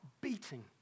beating